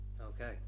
Okay